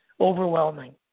overwhelming